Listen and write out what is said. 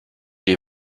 les